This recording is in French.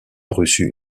reçu